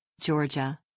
Georgia